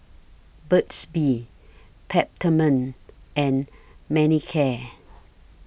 Burt's Bee Peptamen and Manicare